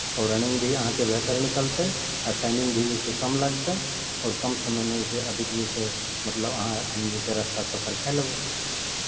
आओर रनिंग भी अहाँके बेहतर निकलतै आ टाइमिंग भी जे छै कम लगतै आओर कम समयमे जे छै अधिक जे छै मतलब अहाँ एखन जे छै रस्ता सफर कए लेबै